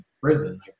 prison